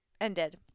ended